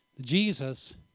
Jesus